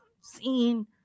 seen